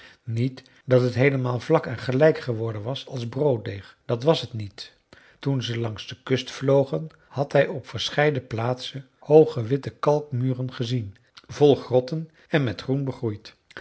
niet dat het heelemaal vlak en gelijk geworden was als brooddeeg dat was het niet toen ze langs de kust vlogen had hij op verscheiden plaatsen hooge witte kalkmuren gezien vol grotten en met groen begroeid